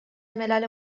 ملل